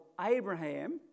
Abraham